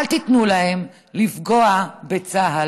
אל תיתנו להם לפגוע בצה"ל.